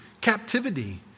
captivity